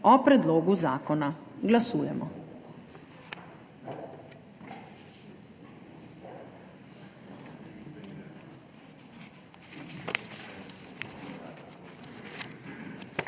o predlogu zakona. Glasujemo.